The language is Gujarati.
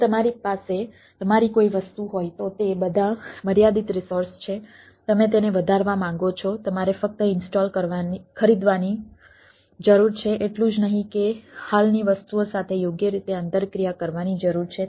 જો તમારી પાસે તમારી કોઈ વસ્તુ હોય તો તે બધા મર્યાદિત રિસોર્સ છે તમે તેને વધારવા માંગો છો તમારે ફક્ત ઇન્સ્ટોલ ખરીદવાની જરૂર છે એટલું જ નહીં કે હાલની વસ્તુઓ સાથે યોગ્ય રીતે આંતરક્રિયા કરવાની જરૂર છે